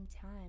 time